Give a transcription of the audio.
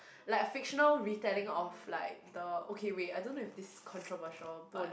like a fictional retelling of like the okay wait I don't know if this is controversial but